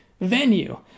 venue